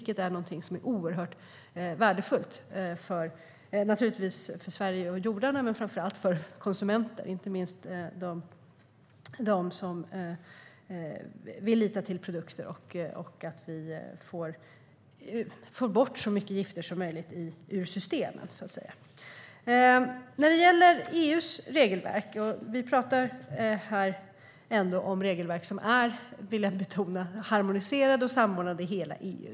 Det är någonting oerhört värdefullt för Sverige och jordarna men framför allt för konsumenterna, inte minst de som vill kunna lita på produkterna och att vi får bort så mycket gifter som möjligt ur systemet. När det gäller EU:s regelverk talar vi ändå om regelverk som är, vill jag betona, harmoniserade och samordnade i hela EU.